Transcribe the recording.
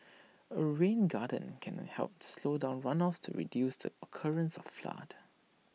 A rain garden can help slow down runoffs to reduce the occurrence of floods